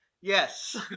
Yes